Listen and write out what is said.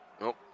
Nope